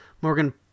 Morgan